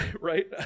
Right